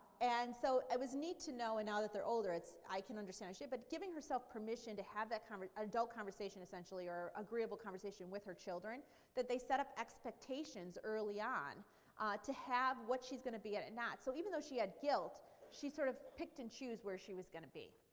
and so it was neat to know and now that they're older i can understand. but giving herself permission to have that kind of adult conversation essentially or agreeable conversation with her children that they set up expectations early on to have what she's going to be at and not. so even though she had guilt she sort of picked and chose where she was going to be.